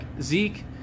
Zeke